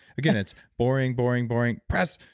again, it's boring boring, boring, press!